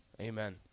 amen